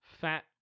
fat